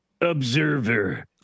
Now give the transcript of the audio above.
Observer